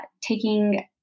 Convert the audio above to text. taking